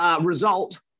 result